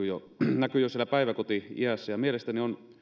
jo siellä päiväkoti iässä mielestäni on